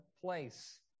place